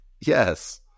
Yes